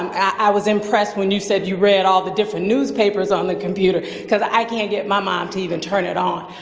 i was impressed when you said you read all the different newspapers on the computer because i can't get my mom to even turn it on.